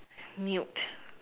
mute